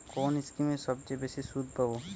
কোন স্কিমে সবচেয়ে বেশি সুদ পাব?